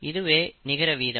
இதுவே நிகர வீதம்